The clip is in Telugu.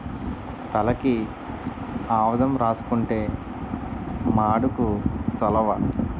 తలకి ఆవదం రాసుకుంతే మాడుకు సలవ